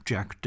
Jack